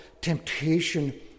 temptation